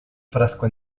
frasco